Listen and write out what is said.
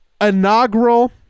inaugural